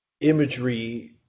imagery